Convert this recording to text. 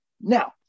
now